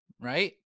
Right